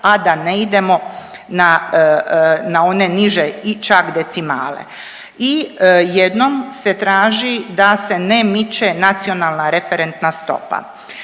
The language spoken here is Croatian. a da ne idemo na, na one niže i čak decimale i jednom se traži da se ne miče nacionalna referentna stopa.